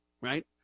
right